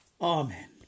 Amen